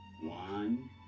one